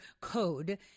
code